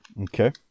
okay